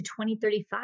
2035